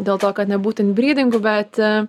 dėl to kad nebūtų inbrydingų bet